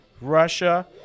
Russia